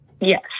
Yes